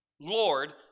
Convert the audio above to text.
Lord